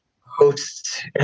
hosts